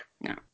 No